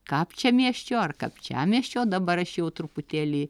kapčiamiesčio ar kapčiamiesčio dabar aš jau truputėlį